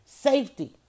Safety